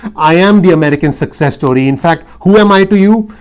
i am the american success story, in fact. who am i to you?